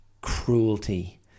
cruelty